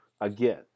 again